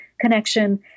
connection